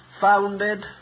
founded